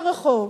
לרחוב,